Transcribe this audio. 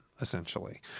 essentially